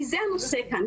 כי זה הנושא כאן,